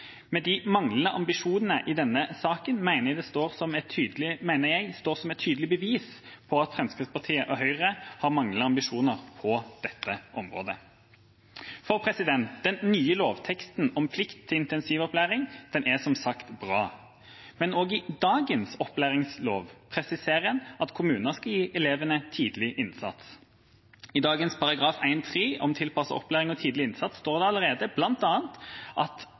med Utdanningsforbundet, som i sin høringsuttalelse trekker fram at framlegget er lite forpliktende. De manglende ambisjonene i denne saken mener jeg står som et tydelig bevis på at Fremskrittspartiet og Høyre har manglende ambisjoner på dette området. Den nye lovteksten om plikt til intensivopplæring er som sagt bra. Men også i dagens opplæringslov presiserer en at kommunene skal gi elevene tidlig innsats. I dagens § 1-3 om tilpasset opplæring og tidlig innsats står det allerede bl.a. at